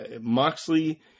Moxley